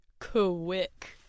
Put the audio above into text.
quick